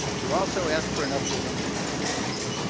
you also asked for an update on administrative data.